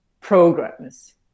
programs